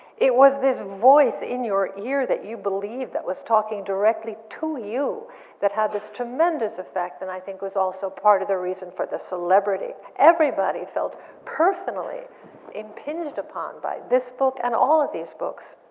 it was this voice in your ear that you believed that was talking directly to you that had this tremendous effect and i think was also part of the reason for the celebrity. everybody felt personally impinged upon by this book and all of these books.